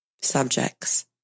subjects